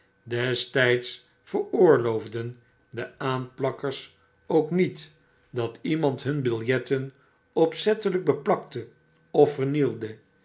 destijds veroorloofden de aanplakkers ook niet dat iemand hun biljetten opzettelijk beplakte of vernielde